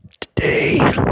today